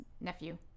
nephew